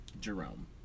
Jerome